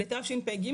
לתשפ"ג,